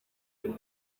nyuma